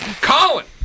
Colin